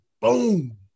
boom